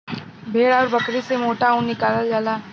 भेड़ आउर बकरी से मोटा ऊन निकालल जाला